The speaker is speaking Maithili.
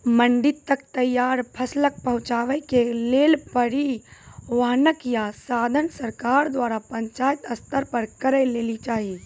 मंडी तक तैयार फसलक पहुँचावे के लेल परिवहनक या साधन सरकार द्वारा पंचायत स्तर पर करै लेली चाही?